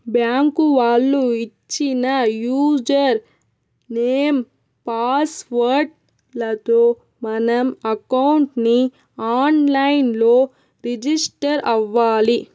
bank వాళ్ళు ఇచ్చిన user name, password లతో మనం అకౌంట్ ని ఆన్ లైన్ లో రిజిస్టర్ అవ్వాలి